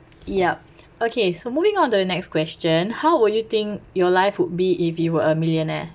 yup okay so moving on to the next question how would you think your life would be if you were a millionaire